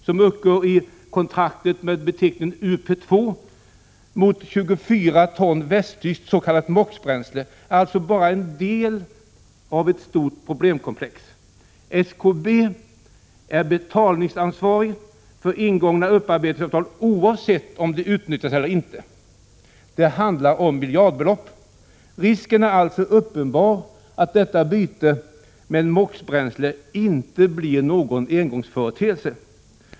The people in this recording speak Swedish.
Det i granskningsbe i kontraktet med beteckningen UP 2 — mot 24 ton västtyskt s.k. MOX rådens tjänsteutövning bränsle är alltså bara en del av ett stort problemkomplex. SKB är ng betälningsansvarigt för ingångna upparbetningskontrakt Savgeft om de Regeringens handläggutnyttjas eller inte. Det handlar om miljardbelopp. Risken är alltså uppenbar ning av riksdagens att detta byte mot MOX-bränsle inte blir någon engångsföreteelse.